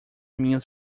minhas